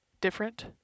different